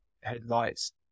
headlights